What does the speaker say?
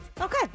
Okay